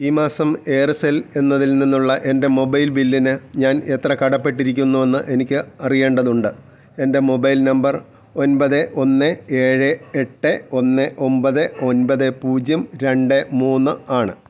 ഈ മാസം എയർസെൽ എന്നതിൽ നിന്നുള്ള എൻ്റെ മൊബൈൽ ബില്ലിനു ഞാൻ എത്ര കടപ്പെട്ടിരിക്കുന്നുവെന്ന് എനിക്ക് അറിയേണ്ടതുണ്ട് എൻ്റെ മൊബൈൽ നമ്പർ ഒൻപത് ഒന്ന് ഏഴ് എട്ട് ഒന്ന് ഒൻപത് ഒൻപത് പൂജ്യം രണ്ട് മൂന്ന് ആണ്